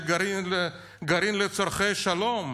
לצורכי שלום?